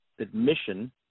admission